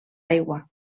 aigua